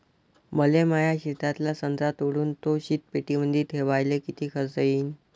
मले माया शेतातला संत्रा तोडून तो शीतपेटीमंदी ठेवायले किती खर्च येईन?